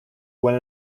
win